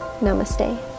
Namaste